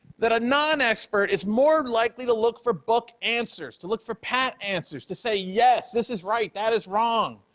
that a none expert is more likely to look for book answers, to look for pat answers to say, yes, this is right. that is wrong.